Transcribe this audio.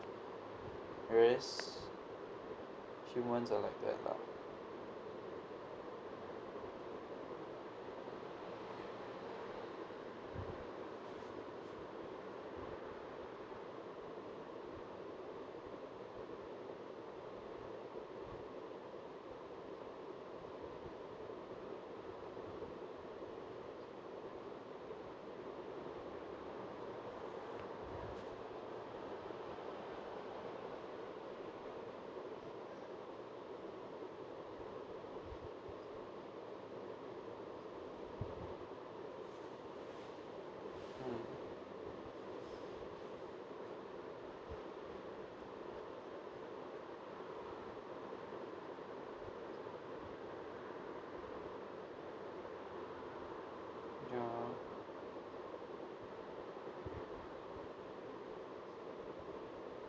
whereas humans are like that lah hmm ya